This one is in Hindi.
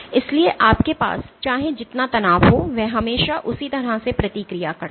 इसलिए आपके पास चाहे जितना तनाव हो वह हमेशा उसी तरह से प्रतिक्रिया करता है